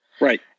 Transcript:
Right